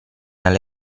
alle